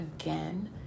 again